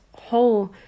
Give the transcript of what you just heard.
whole